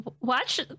watch